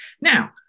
Now